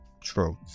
True